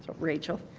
rachel?